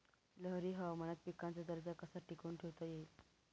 लहरी हवामानात पिकाचा दर्जा कसा टिकवून ठेवता येईल?